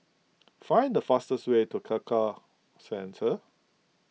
find the fastest way to Tekka Centre